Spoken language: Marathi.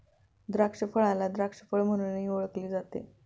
द्राक्षफळाला द्राक्ष फळ म्हणूनही ओळखले जाते